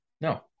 No